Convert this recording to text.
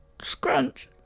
scrunch